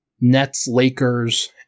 Nets-Lakers